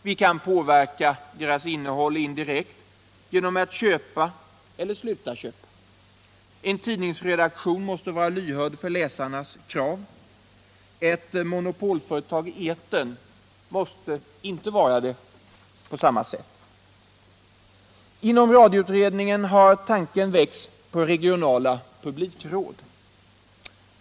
Vi kan påverka dess innehåll indirekt genom att köpa eller sluta köpa. En tidningsredaktion måste vara lyhörd för läsarnas krav. Ett monopolföretag i etern måste inte vara det på samma sätt. Inom radioutredningen har tanken väckts på regionala publikråd.